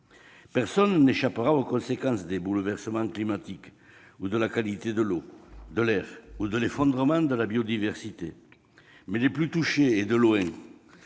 Personne n'échappera aux conséquences des bouleversements climatiques, de la dégradation de la qualité de l'eau et de l'air ou de l'effondrement de la biodiversité, mais les plus touchés, et de loin,